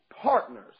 partners